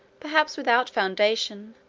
perhaps without foundation,